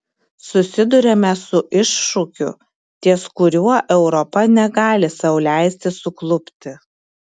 susiduriame su iššūkiu ties kuriuo europa negali sau leisti suklupti